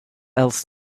else